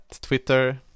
Twitter